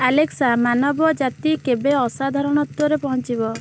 Alexa ମାନବଜାତି କେବେ ଅସାଧାରଣତ୍ୱରେ ପହଞ୍ଚିବ